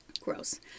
Gross